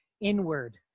inward